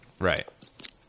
Right